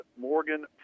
Morgan